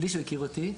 בלי שהוא הכיר אותי,